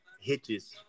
hitches